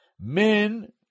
men